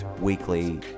weekly